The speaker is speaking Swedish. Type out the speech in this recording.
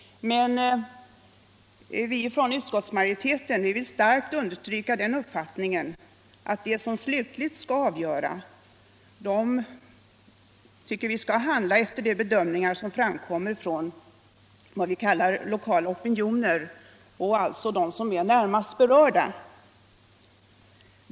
Men vi som tillhör utskottsmajoriteten vill starkt understryka den uppfattningen att de som slutligen skall avgöra bör ta hänsyn till lokala opinioner, alltså till åsikterna hos dem som är närmast berörda.